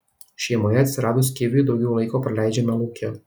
šeimoje atsiradus kiviui daugiau laiko praleidžiame lauke